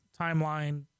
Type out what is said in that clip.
timeline